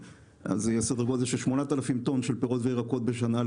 שזה יהיה סדר גודל של 8,000 טון של פירות וירקות בשנה.